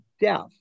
death